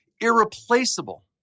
Irreplaceable